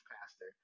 pastor